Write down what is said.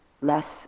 less